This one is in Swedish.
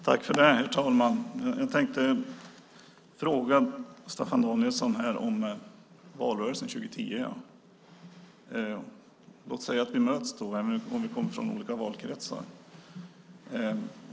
Herr talman! Jag tänker fråga Staffan Danielsson om valrörelsen 2010. Låt säga att vi då möts, även om vi kommer från olika valkretsar.